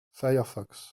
firefox